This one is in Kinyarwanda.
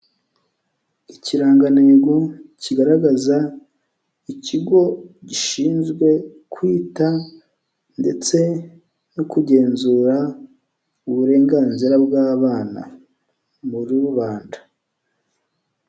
Ikirangantego kigaragaza ikigo gishinzwe kwita ndetse no kugenzura uburenganzira bw'abana. Muri rubanda.